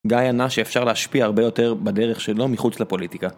גיא ענה שאפשר להשפיע הרבה יותר בדרך שלו מחוץ לפוליטיקה.